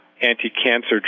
Anti-cancer